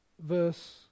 verse